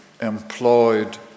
employed